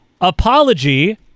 apology